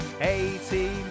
eighteen